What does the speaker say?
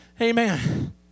amen